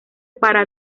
para